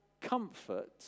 comfort